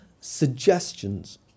suggestions